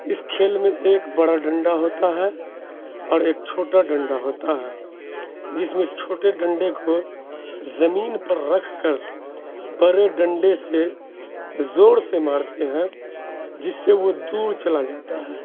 اس کھیل میں ایک بڑا ڈنڈا ہوتا ہے اور ایک چھوٹا ڈنڈا ہوتا ہے جس میں چھوٹے ڈنڈے کو زمین پر رکھ کر بڑے ڈنڈے سے زور سے مارتے ہیں جس سے وہ دور چلا جاتا ہے